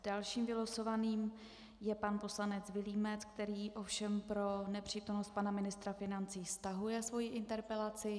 Dalším vylosovaným je pan poslanec Vilímec, který ovšem pro nepřítomnost pana ministra financí stahuje svoji interpelaci.